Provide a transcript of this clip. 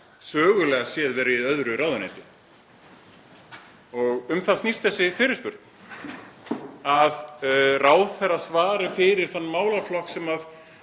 sögulega séð verið í öðru ráðuneyti. Um það snýst þessi fyrirspurn, þ.e. að ráðherra svari fyrir þann málaflokk sem